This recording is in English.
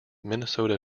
minnesota